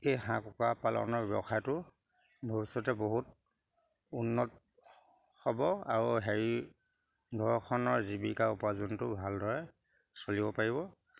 এই হাঁহ কুকুৰা পালনৰ ব্যৱসায়টো ভৱিষ্যতে বহুত উন্নত হ'ব আৰু হেৰি ঘৰখনৰ জীৱিকা উপাৰ্জনটো ভালদৰে চলিব পাৰিব